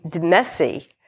messy